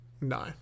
No